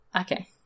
Okay